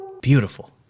Beautiful